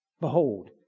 Behold